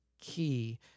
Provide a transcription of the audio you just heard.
key